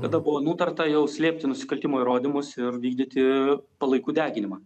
kada buvo nutarta jau slėpti nusikaltimo įrodymus ir vykdyti palaikų deginimą